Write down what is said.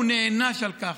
הוא נענש על כך.